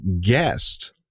guest